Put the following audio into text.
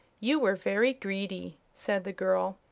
you were very greedy, said the girl.